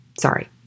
Sorry